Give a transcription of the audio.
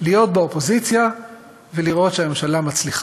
להיות באופוזיציה ולראות שהממשלה מצליחה.